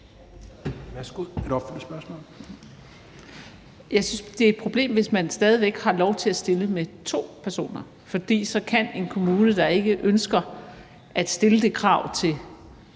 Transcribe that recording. Jeg synes, det er et problem, hvis man stadig væk har lov til at stille med to personer, for så kan en kommune, der ikke ønsker at stille det krav til